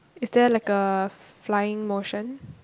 is there like a flying motion